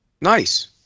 Nice